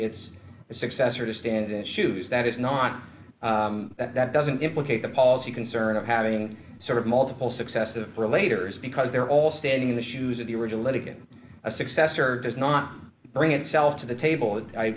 its successor to stand issues that it's not that that doesn't implicate the policy concern of having sort of multiple successes for later is because they're all standing in the shoes of the original lead again a successor does not bring itself to the table